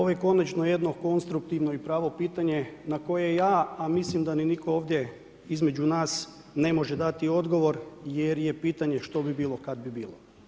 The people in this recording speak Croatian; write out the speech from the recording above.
Ovo je konačno jedno konstruktivno i pravo pitanje na koje ja, a mislim da ni niko ovdje između nas ne može dati odgovor jer je pitanje što bi bilo kad bi bilo.